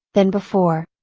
than before.